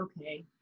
okay